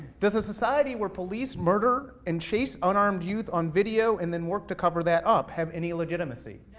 does a society where police murder and chase unarmed youth on video, and then work to cover that up, have any legitimacy?